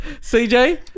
CJ